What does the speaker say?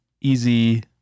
easy